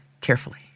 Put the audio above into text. carefully